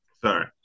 Sorry